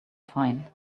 find